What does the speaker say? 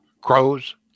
Crows